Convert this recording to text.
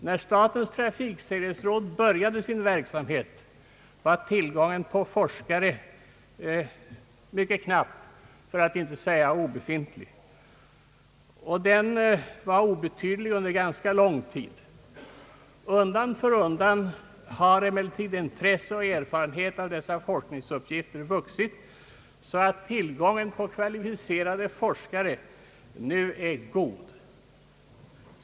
När statens trafiksäkerhetsråd började sin verksamhet var tillgången på forskare mycket knapp för att inte säga obefintlig, och den var obetydlig under ganska lång tid. Undan för undan har emellertid intresse och erfarenhet av dessa forskningsuppgifter vuxit så att tillgången på kvalificerade forskare nu är god.